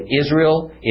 Israel